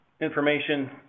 information